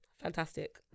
Fantastic